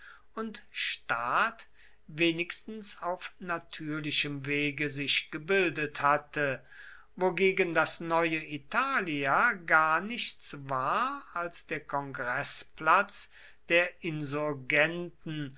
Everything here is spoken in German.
und staat wenigstens auf natürlichem wege sich gebildet hatte wogegen das neue italia gar nichts war als der kongreßplatz der